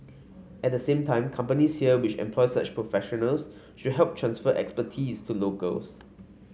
at the same time companies here which employ such professionals should help transfer expertise to locals